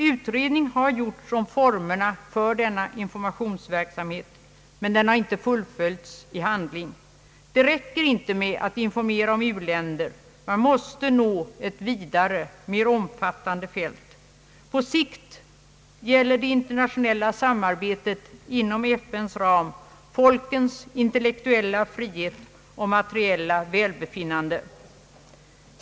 Utredning har gjorts om formerna för denna informationsverksamhet, men den har inte fullföljts i handling. Det räcker inte med att informera om u-länder, utan man måste nå ett vidare och mer omfattande fält. På sikt gäller det internationella samarbetet inom FN:s ram folkens intellektuella frihet och materiella välbefinnande.